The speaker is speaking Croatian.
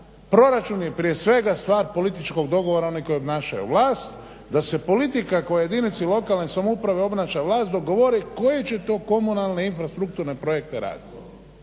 proračun je prije svega stvar političkog dogovora onih koji obnašaju vlast, da se politika koja u jedinici lokalne samouprave obnaša vlast dogovori koje će to komunalne infrastrukturne projekte raditi.